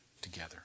together